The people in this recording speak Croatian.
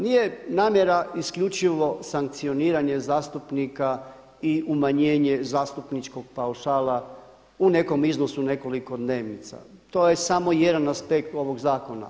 Nije namjera isključivo sankcioniranje zastupnika i umanjenje zastupničkog paušala u nekom iznosu nekoliko dnevnica, to je samo jedan aspekt ovoga zakona.